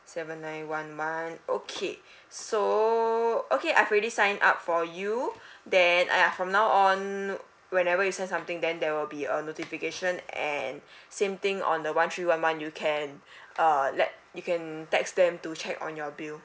seven nine one one okay so okay I've already sign up for you then ah ya from now on whenever you sign something then there will be a notification and same thing on the one three one one you can uh let you can text them to check on your bill